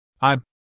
I'm-